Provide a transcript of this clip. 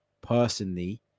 personally